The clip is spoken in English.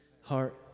heart